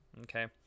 Okay